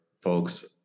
folks